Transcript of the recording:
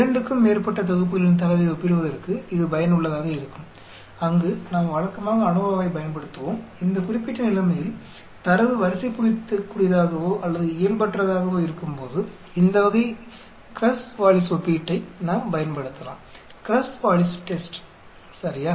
2 க்கும் மேற்பட்ட தொகுப்புகளின் தரவை ஒப்பிடுவதற்கு இது பயனுள்ளதாக இருக்கும் அங்கு நாம் வழக்கமாக ANOVA ஐப் பயன்படுத்துவோம் இந்த குறிப்பிட்ட நிலைமையில் தரவு வரிசைப்படுத்தக்கூடியதாகவோ அல்லது இயல்பற்றதாக இருக்கும்போது இந்த வகை க்ரஸ் வாலிஸ் ஒப்பீட்டை நாம் பயன்படுத்தலாம் க்ரஸ் வாலிஸ் டெஸ்ட் சரியா